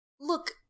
look